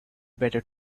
better